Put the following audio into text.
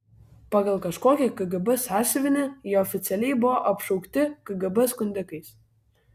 pagal kažkokį kgb sąsiuvinį jie oficialiai buvo apšaukti kgb skundikais